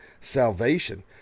salvation